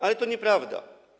Ale to nieprawda.